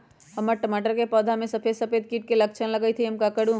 हमर टमाटर के पौधा में सफेद सफेद कीट के लक्षण लगई थई हम का करू?